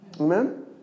Amen